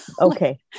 Okay